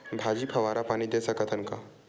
भाजी फवारा पानी दे सकथन का?